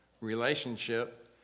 relationship